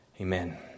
Amen